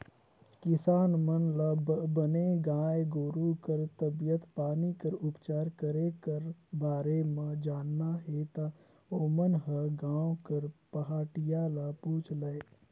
किसान मन ल बने गाय गोरु कर तबीयत पानी कर उपचार करे कर बारे म जानना हे ता ओमन ह गांव कर पहाटिया ल पूछ लय